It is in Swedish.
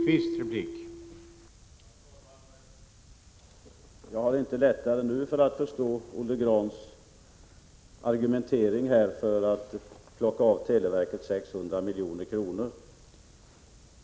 Herr talman! Det är inte lättare nu att förstå Olle Grahns argumentering när det gäller att ta ifrån televerket 600 milj.kr.